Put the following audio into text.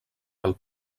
pel